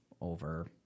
over